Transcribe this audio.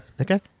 Okay